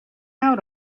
out